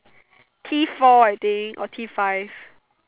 T four I think or T five